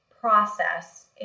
process